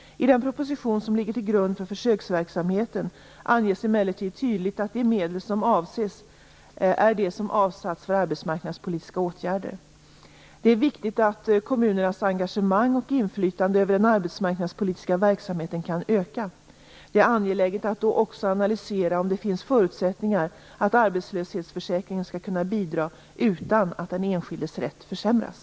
I den proposition som ligger till grund för försöksverksamheten anges emellertid tydligt att de medel som avses är de som avsatts för arbetsmarknadspolitiska åtgärder. Det är viktigt att kommunernas engagemang och inflytande över den arbetsmarknadspolitiska verksamheten kan öka. Det är angeläget att då också analysera om det finns förutsättningar för att arbetslöshetsförsäkringen skall kunna bidra utan att den enskildes rätt försämras.